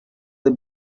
the